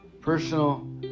personal